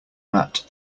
mat